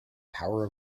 power